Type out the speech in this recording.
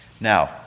Now